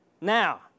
Now